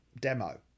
demo